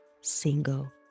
single